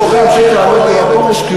לחבר הכנסת פרוש,